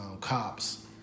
cops